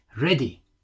ready